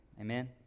Amen